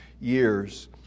years